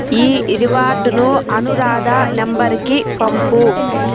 ఈ రివార్డును అనురాధ నంబరుకి పంపు